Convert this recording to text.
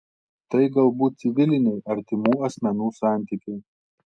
tai galbūt civiliniai artimų asmenų santykiai